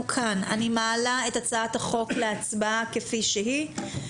כאן אני מעלה את הצעת החוק להצבעה כפי שהיא.